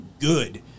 good